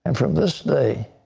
and from this day,